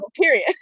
Period